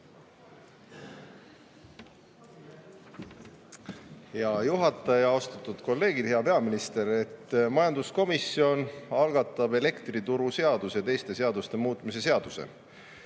Hea juhataja! Austatud kolleegid! Hea peaminister! Majanduskomisjon algatab elektrituruseaduse ja teiste seaduste muutmise seaduse.